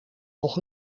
nog